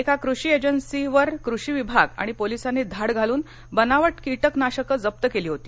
एका कृषी एजन्सीजवर कृषी विभाग आणि पोलिसांनी धाड घालून बनावट कीटकनाशके जप्त केली होती